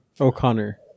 O'Connor